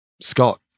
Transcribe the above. Scott